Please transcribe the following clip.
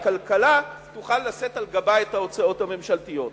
הכלכלה תוכל לשאת על גבה את ההוצאות הממשלתיות.